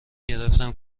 گرفتم